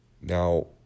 Now